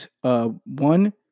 one